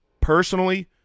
personally